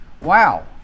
Wow